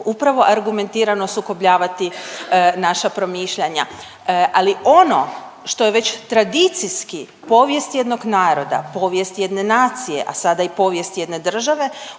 upravo argumentirano sukobljavati naša promišljanja, ali ono što je već tradicijski povijest jednog naroda, povijest jedne nacije, a sada i povijest jedne države